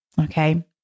Okay